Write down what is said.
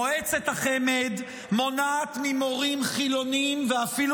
מועצת החמ"ד מונעת ממורים חילוניים ואפילו